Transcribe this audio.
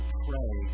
pray